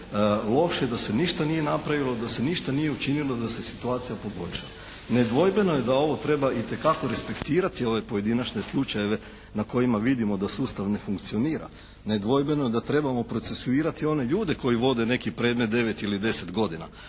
loše, da se ništa nije napravilo, da se ništa nije učinilo da se situacija poboljša. Nedvojbeno je da ovo treba itekako respektirati ove pojedinačne slučajeve na kojima vidimo da sustav ne funkcionira, nedvojbeno da trebamo procesuirati one ljude koji vode neki predmet 9 ili 10 godina.